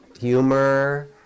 humor